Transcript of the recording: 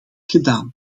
gedaan